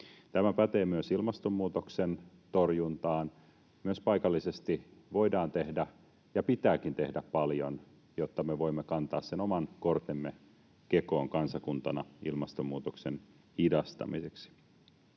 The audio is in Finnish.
Tämä pätee myös ilmastonmuutoksen torjuntaan: myös paikallisesti voidaan tehdä ja pitääkin tehdä paljon, jotta me voimme kantaa sen oman kortemme kekoon kansakuntana ilmastonmuutoksen hidastamiseksi.